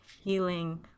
healing